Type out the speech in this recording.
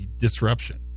disruption